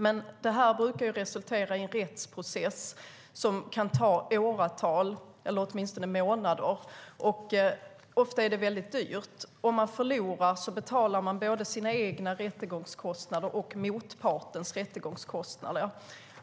Men det brukar resultera i en rättsprocess som kan ta åratal, eller åtminstone månader. Ofta är det dyrt, och om man förlorar betalar man både sina egna och motpartens rättegångskostnader.